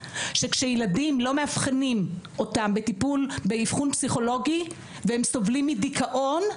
שכשילדים לא מאבחנים אותם באבחון פסיכולוגי והם סובלים מדיכאון,